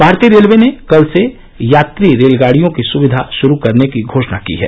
भारतीय रेलवे ने कल से यात्री रेलगाडियों की सुक्धा शुरू करने की घोषणा की है